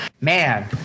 man